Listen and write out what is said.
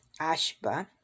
Ashba